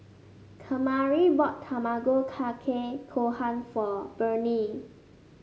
Kamari bought Tamago Kake Gohan for Bernie